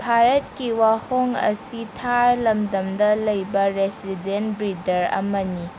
ꯚꯥꯔꯠꯀꯤ ꯋꯥꯍꯣꯡ ꯑꯁꯤ ꯊꯥꯔ ꯂꯝꯗꯝꯗ ꯂꯩꯕ ꯔꯦꯁꯤꯗꯦꯟ ꯕ꯭ꯔꯤꯗꯔ ꯑꯃꯅꯤ